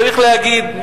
צריך להגיד,